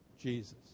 Jesus